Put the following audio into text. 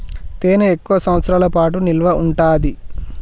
తేనె ఎక్కువ సంవత్సరాల పాటు నిల్వ ఉంటాది